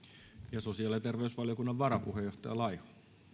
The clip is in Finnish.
ja sosiaali ja terveysvaliokunnan varapuheenjohtaja laiho